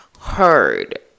heard